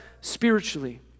spiritually